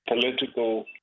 political